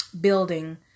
building